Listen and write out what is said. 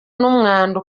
n’umwanda